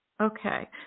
Okay